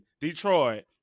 Detroit